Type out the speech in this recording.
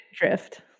drift